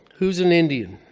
who's an indian?